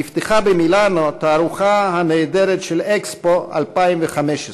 נפתחה במילנו התערוכה הנהדרת "אקספו 2015",